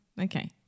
Okay